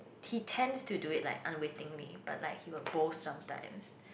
he tends to do it like unwittingly but like he will boast sometimes